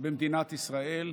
במדינת ישראל.